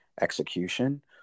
execution